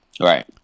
right